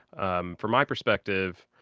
um from my perspective,